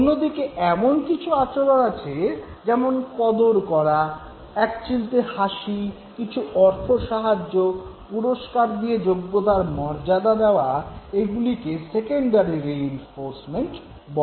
অন্যদিকে এমন কিছু আচরণ আছে যেমন কদর করা এক চিলতে হাসি কিছু অর্থসাহায্য পুরস্কার দিয়ে যোগ্যতার মর্যাদা দেওয়া এগুলিকে সেকেন্ডারি রিইনফোর্সমেন্ট বলা যায়